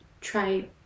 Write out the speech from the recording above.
try